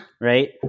right